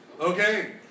Okay